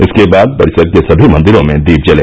इसके बाद परिसर के सभी मंदिरों में दीप जले